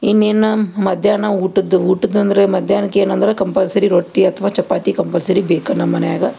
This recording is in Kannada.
ಇನ್ನೇನು ಮಧ್ಯಾಹ್ನ ಊಟದ್ದು ಊಟದ್ದಂದರೆ ಮಧ್ಯಾನ್ಕೆ ಏನಂದ್ರೆ ಕಂಪಲ್ಸರಿ ರೊಟ್ಟಿ ಅಥವಾ ಚಪಾತಿ ಕಂಪಲ್ಸರಿ ಬೇಕು ನಮ್ಮ ಮನ್ಯಾಗ